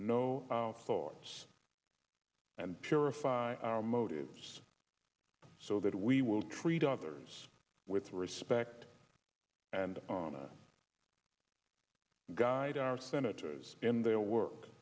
no thoughts and purify our motives so that we will treat others with respect and guide our senators in their work